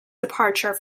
departure